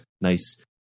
nice